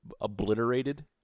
obliterated